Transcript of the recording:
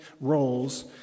roles